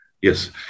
Yes